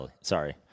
sorry